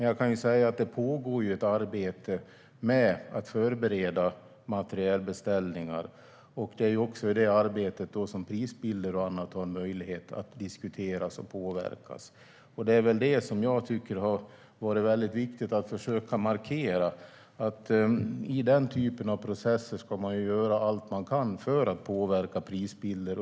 Jag kan dock säga att det pågår ett arbete med att förbereda materielbeställningar, och det är i detta arbete man har möjlighet att diskutera och påverka prisbilder och annat. Det är detta jag tycker har varit viktigt att försöka markera. I denna typ av processer ska man göra allt man kan för att påverka prisbilder.